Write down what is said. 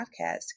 podcast